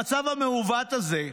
המצב המעוות הזה,